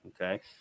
Okay